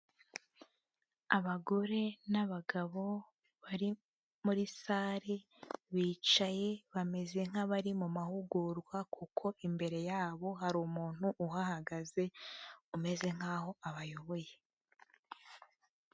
Abagore n'abagabo bari muri sale, bicaye bameze nk'abari mu mahugurwa kuko imbere yabo hari umuntu uhahagaze, umeze nk'aho abayoboye.